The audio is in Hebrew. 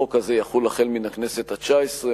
החוק הזה יחול החל מן הכנסת התשע-עשרה,